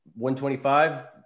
125